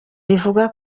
rivuga